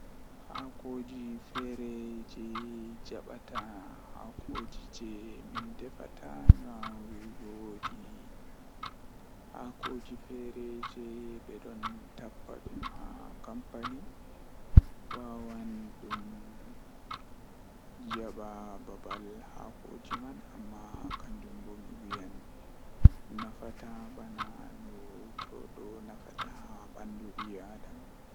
Ko ɗiɗo faggude njamaaji tawa njamaaji naatude kadi njamaaji hoore. Njamaaji goɗɗo ɗum njamaaji rewɓe faɗɗi ngal sabu ɗum njiddaade feere ngam ko keɓe njiddaade so ƴeewte feere ngal. Kadi fiyaangu ngal ko feere feere sabu njamaaji yasi njiddaade rewɓe njiddaade laawol.